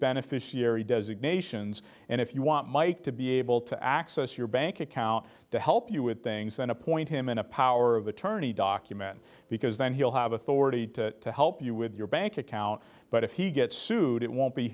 beneficiary designations and if you want mike to be able to access your bank account to help you with things then appoint him in a power of attorney document because then he'll have authority to help you with your bank account but if he gets sued it won't be